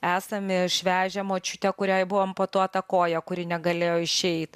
esam išvežę močiutę kuriai buvo amputuota koja kuri negalėjo išeit